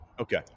Okay